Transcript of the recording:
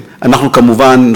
אדוני השר,